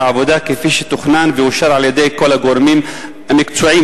העבודה כפי שתוכנן ואושר על-ידי כל הגורמים המקצועיים".